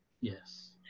Yes